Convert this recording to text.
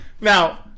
Now